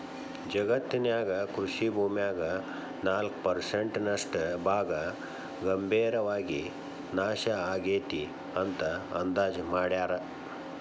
ಜಗತ್ತಿನ್ಯಾಗ ಕೃಷಿ ಭೂಮ್ಯಾಗ ನಾಲ್ಕ್ ಪರ್ಸೆಂಟ್ ನಷ್ಟ ಭಾಗ ಗಂಭೇರವಾಗಿ ನಾಶ ಆಗೇತಿ ಅಂತ ಅಂದಾಜ್ ಮಾಡ್ಯಾರ